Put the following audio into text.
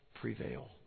prevail